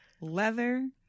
leather